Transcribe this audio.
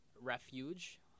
refuge